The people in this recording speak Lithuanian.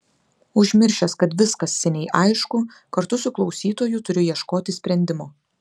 užmiršęs kad viskas seniai aišku kartu su klausytoju turiu ieškoti sprendimo